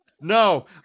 No